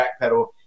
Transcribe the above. backpedal